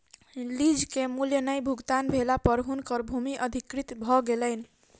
lease के मूल्य नै भुगतान भेला पर हुनकर भूमि अधिकृत भ गेलैन